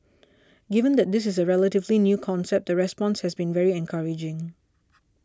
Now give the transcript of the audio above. given that this is a relatively new concept the response has been very encouraging